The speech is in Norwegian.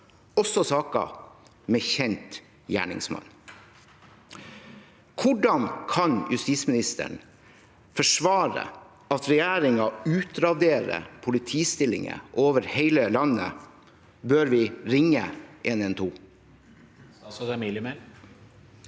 også saker med kjent gjerningsmann. Hvordan kan justisministeren forsvare at regjeringen utraderer politistillinger over hele landet? Bør vi ringe 112? Statsråd Emilie Mehl